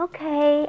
Okay